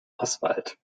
oswald